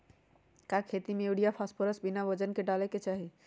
का खेती में यूरिया फास्फोरस बिना वजन के न डाले के चाहि?